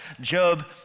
Job